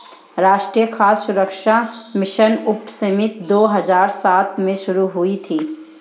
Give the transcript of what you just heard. राष्ट्रीय खाद्य सुरक्षा मिशन उपसमिति दो हजार सात में शुरू हुई थी